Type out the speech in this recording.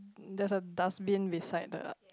there is a dustbin beside the